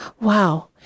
Wow